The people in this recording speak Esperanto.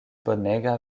bonega